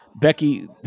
Becky